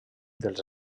dels